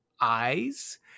eyes